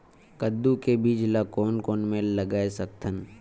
कददू के बीज ला कोन कोन मेर लगय सकथन?